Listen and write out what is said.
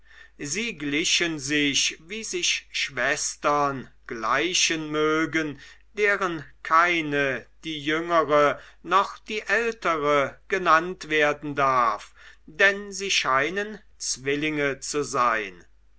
sie glichen sich wie sich schwestern gleichen mögen deren keine die jüngere noch die ältere genannt werden darf denn sie scheinen zwillinge zu sein